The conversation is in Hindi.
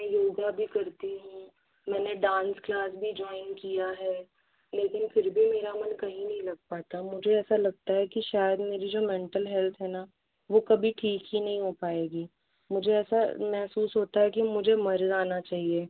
मैं योगा भी करती हूँ मैंने डांस क्लास भी ज्वाइन किया है लेकिन फिर भी मेरा मन कहीं नहीं लग पाता मुझे ऐसा लगता है की शायद मेरी जो मेंटल हेल्थ है ना वो कभी ठीक ही नहीं हो पायेगी मुझे ऐसा महसूस होता है कि मुझे मर जाना चाहिए